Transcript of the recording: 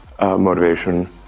motivation